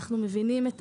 אנחנו מבינים את